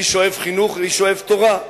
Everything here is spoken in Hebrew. איש אוהב חינוך ואיש אוהב תורה,